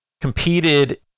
Competed